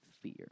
fear